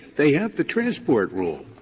they have the transport rule.